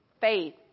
faith